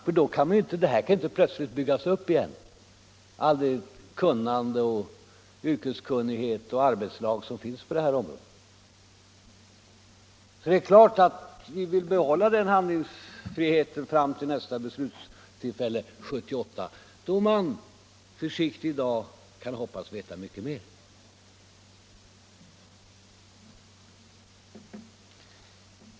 Man kan ju inte plötsligt bygga upp igen allt det yrkeskunnande och de arbetslag som finns på detta område. Vi vill givetvis behålla vår handlingsfrihet fram till nästa beslutstillfälle 1978, då vi kan hoppas veta mycket mer.